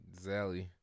Zally